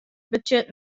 betsjut